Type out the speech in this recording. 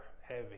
heavy